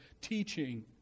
teaching